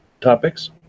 topics